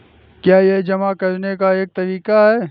क्या यह जमा करने का एक तरीका है?